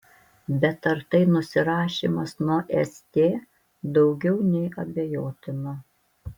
bet ar tai nusirašymas nuo st daugiau nei abejotina